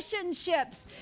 relationships